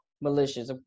malicious